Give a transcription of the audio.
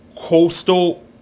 coastal